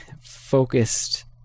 focused